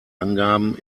angaben